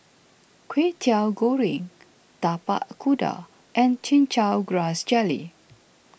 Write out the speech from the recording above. Kwetiau Goreng Tapak Kuda and Chin Chow Grass Jelly